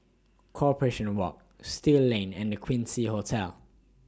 Corporation Walk Still Lane and The Quincy Hotel